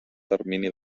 termini